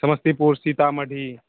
Samastipur Sitamarhi